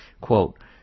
quote